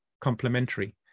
complementary